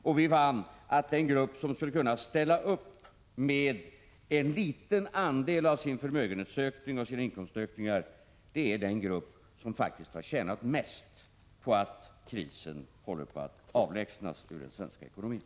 Vi har funnit att den grupp som skulle kunna ställa upp med en liten andel av sin förmögenhetsökning och sina inkomstökningar är den grupp som faktiskt har tjänat mest på att krisen håller på att avlägsnas ur den svenska ekonomin.